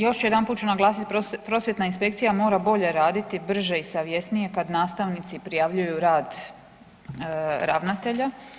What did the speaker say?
Još jedanput ću naglasiti, prosvjetna inspekcija mora bolje raditi, brže i savjesnije kad nastavnici prijavljuju rad ravnatelja.